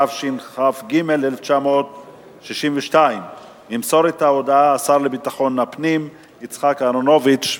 התשכ"ג 1962. ימסור את ההודעה השר לביטחון הפנים יצחק אהרונוביץ.